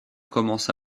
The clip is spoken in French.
commença